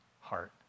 heart